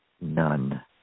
none